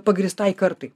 pagrįstai kartai